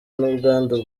n’ubwandu